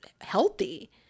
healthy